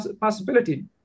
possibility